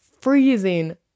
freezing